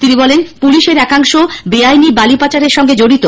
তিনি বলেন পুলিশের একাংশ বেআইনী বালি পাচারের সঙ্গে জড়িত